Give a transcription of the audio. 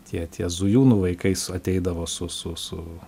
tie tie zujūnų vaikai su ateidavo su su su